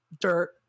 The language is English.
dirt